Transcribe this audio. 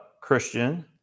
Christian